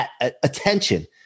attention